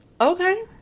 okay